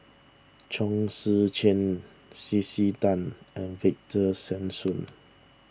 Chong Tze Chien C C Tan and Victor Sassoon